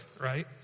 right